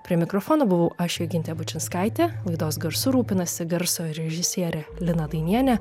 prie mikrofono buvau aš jogintė bučinskaitė laidos garsu rūpinasi garso režisierė lina dainienė